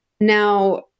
Now